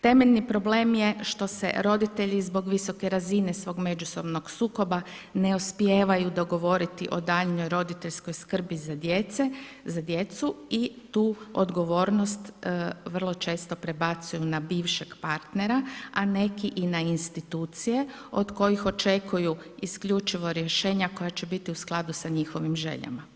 Temeljni problem je što se roditelji zbog visoke razine svog međusobnog sukoba ne uspijevaju dogovoriti o daljnjoj roditeljskoj skrbi za djecu i tu odgovornost vrlo često prebacuju na bivšeg partnera, a neki i na institucije od kojih očekuju isključivo rješenja koja će biti u skladu sa njihovim željama.